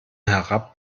herab